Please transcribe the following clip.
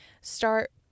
Start